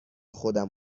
خودم